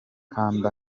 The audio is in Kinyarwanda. kanda